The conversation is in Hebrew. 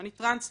אני טרנסית.